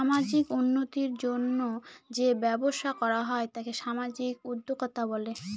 সামাজিক উন্নতির জন্য যেই ব্যবসা করা হয় তাকে সামাজিক উদ্যোক্তা বলে